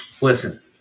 listen